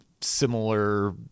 similar